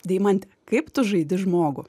deimante kaip tu žaidi žmogų